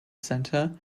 center